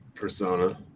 persona